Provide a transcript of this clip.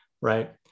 right